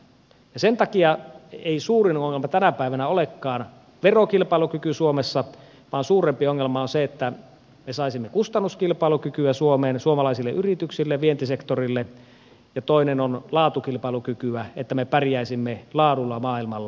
sen takia ei suurin ongelma tänä päivänä olekaan verokilpailukyky suomessa vaan suurempi ongelma on se miten me saisimme kustannuskilpailukykyä suomeen suomalaisille yrityksille vientisektorille ja toisaalta laatukilpailukykyä jotta me pärjäisimme laadulla maailmalla